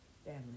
Family